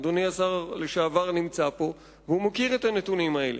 אדוני השר לשעבר נמצא פה והוא מכיר את הנתונים האלה.